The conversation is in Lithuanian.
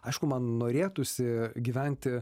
aišku man norėtųsi gyventi